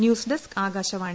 news desk Akashvani